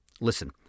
Listen